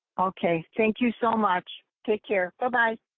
okay, thank you so much. take care, but bye-bye.